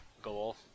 goal